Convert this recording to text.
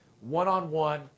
one-on-one